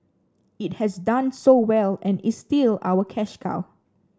it has done so well and is still our cash cow